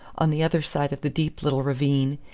on the other side of the deep little ravine,